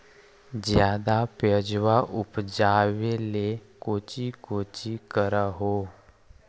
ज्यादा प्यजबा उपजाबे ले कौची कौची कर हो?